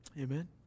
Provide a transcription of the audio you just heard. Amen